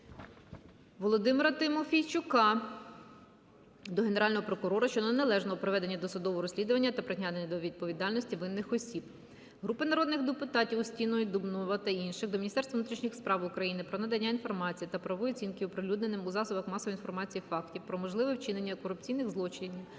Володимира Тимофійчука до Генерального прокурора щодо неналежного проведення досудового розслідування та притягнення до відповідальності винних осіб. Групи народних депутатів (Устінової, Дубнова та інших) до Міністерства внутрішніх справ України про надання інформації та правової оцінки оприлюдненим у засобах масової інформації фактів про можливе вчинення корупційних злочинів